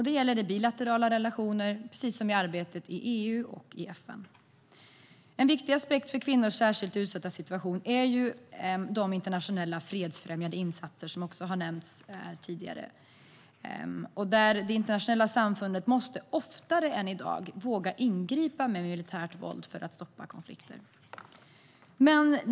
Det gäller de bilaterala relationerna, liksom arbetet i EU och i FN. En viktig aspekt för kvinnors särskilt utsatta situation är de internationella fredsfrämjande insatser som också har nämnts här tidigare. Det internationella samfundet måste oftare än i dag våga ingripa med militärt våld för att stoppa konflikter.